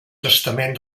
testament